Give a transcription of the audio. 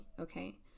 Okay